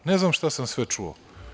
Ne znam šta sam sve čuo.